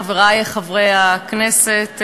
חברי חברי הכנסת,